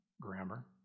grammar